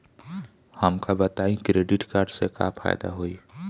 हमका बताई credit card से का फायदा होई?